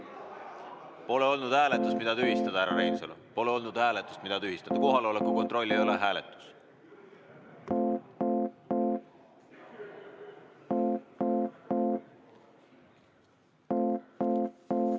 Pole olnud hääletust, mida tühistada, härra Reinsalu. Pole olnud hääletust, mida tühistada! Kohaloleku kontroll ei ole hääletus. Head